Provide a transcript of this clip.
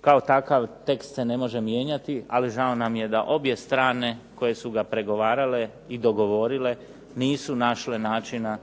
Kao takav tekst se ne može mijenjati ali žao nam je da obje strane koje su ga pregovarale i dogovorile nisu našle načina da